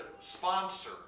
sponsor